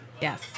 Yes